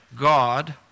God